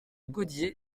gaudiès